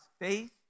faith